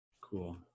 Cool